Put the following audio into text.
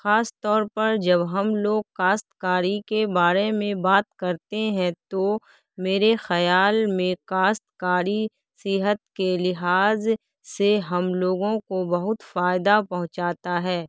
خاص طور پر جب ہم لوگ کاشتکاری کے بارے میں بات کرتے ہیں تو میرے خیال میں کاشتکاری صحت کے لحاظ سے ہم لوگوں کو بہت فائدہ پہنچاتا ہے